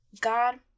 God